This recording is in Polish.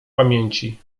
pamięci